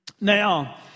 now